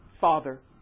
Father